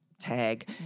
tag